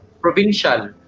provincial